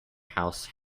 house